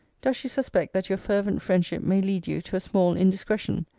does she suspect that your fervent friendship may lead you to a small indiscretion?